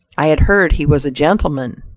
i had heard he was a gentleman,